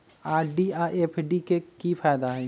RD आ FD के कि फायदा हई?